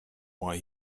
why